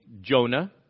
Jonah